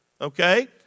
okay